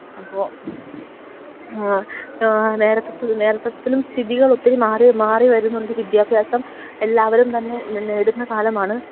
അപ്പോള് നേരത്തേതിലും സ്ഥിതികൾ ഒത്തിരി മാറി മാറി വരുന്നുണ്ട് വിദ്യാഭ്യാസം എല്ലാവരും തന്നെ നേടുന്ന കാലമാണ്